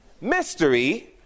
Mystery